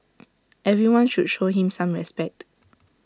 everyone should show him some respect